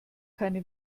keine